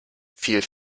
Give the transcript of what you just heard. fiel